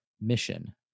mission